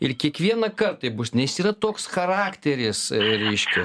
ir kiekvienąkart taip bus nes yra toks charakteris reiškia